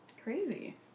Crazy